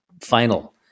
final